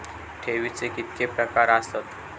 ठेवीचे कितके प्रकार आसत?